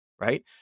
right